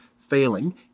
failing